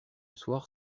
soir